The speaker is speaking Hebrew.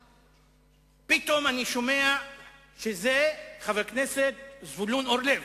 ופתאום אני שומע שזה חבר הכנסת זבולון אורלב.